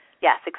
Yes